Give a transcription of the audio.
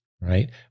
right